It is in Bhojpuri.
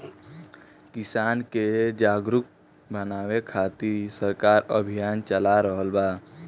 किसान के जागरुक बानवे खातिर सरकार अभियान चला रहल बा